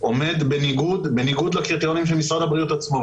עומד בניגוד לקריטריונים של משרד הבריאות עצמו.